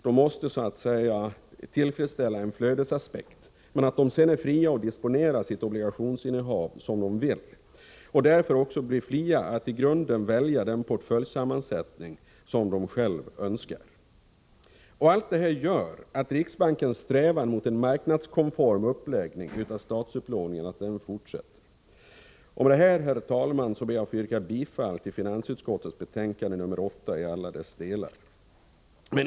De måste så att säga tillfredsställa flödesaspekten, men är sedan fria att disponera sitt obligationsinnehav som de vill. Därför blir de också fria att välja den portföljsammansättning som de själva önskar. Allt detta gör att riksbankens strävan mot en marknadskonform uppläggning av statsupplåningen fortsätter. Med detta, herr talman, ber jag att få yrka bifall till finansutskottets hemställan i betänkande nr 8 i alla delar.